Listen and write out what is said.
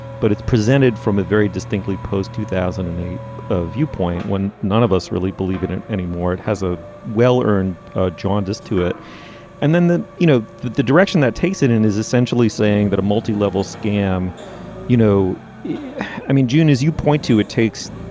but it's presented from a very distinctly post two thousand and eight viewpoint when none of us really believe in it anymore it has a well earned jaundiced to it and then then you know that the direction that takes it in is essentially saying that a multi-level scam you know yeah i mean june as you point to it takes